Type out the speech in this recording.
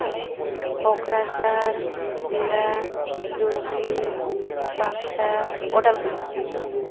Kokrajhar Chirang Dhubri Baksa Udalguri